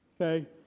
Okay